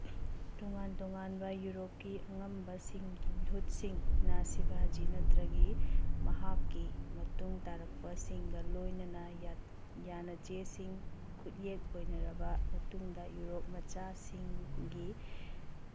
ꯇꯣꯉꯥꯟ ꯇꯣꯉꯥꯟꯕ ꯏꯌꯨꯔꯣꯞꯀꯤ ꯑꯉꯝꯕꯁꯤꯡꯒꯤ ꯃꯤꯍꯨꯠꯁꯤꯡꯅ ꯁꯤꯚꯥꯖꯤ ꯅꯇ꯭ꯔꯒꯤ ꯃꯍꯥꯛꯀꯤ ꯃꯇꯨꯡ ꯇꯥꯔꯛꯄ ꯁꯤꯡꯒ ꯂꯣꯏꯅꯅ ꯌꯥꯅ ꯆꯦꯁꯤꯡ ꯈꯨꯠꯌꯦꯛ ꯑꯣꯏꯅꯔꯕ ꯃꯇꯨꯡꯗ ꯏꯌꯨꯔꯣꯞ ꯃꯆꯥꯁꯤꯡꯒꯤ